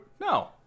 No